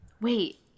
Wait